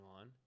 on